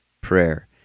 prayer